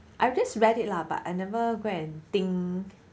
I've just read it lah but I never go and think